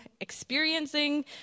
experiencing